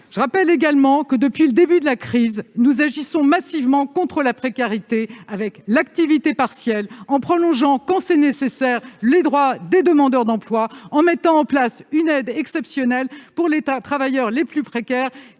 Je rappelle également que, depuis le début de la crise, nous agissons massivement contre la précarité par la mise en place de l'activité partielle, en prolongeant, quand c'est nécessaire, les droits des demandeurs d'emploi et en mettant en place une aide exceptionnelle pour les travailleurs les plus précaires